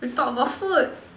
we talk about food